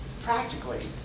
practically